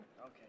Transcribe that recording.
Okay